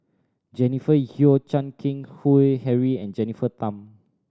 Jennifer Yeo Chan Keng Howe Harry and Jennifer Tham